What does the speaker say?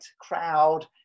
crowd